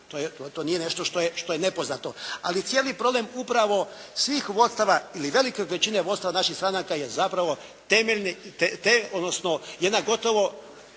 To nije nešto što je nepoznato, ali cijeli problem upravo svih vodstava ili velike većine vodstava naših stranaka je zapravo temeljni